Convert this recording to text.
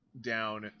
down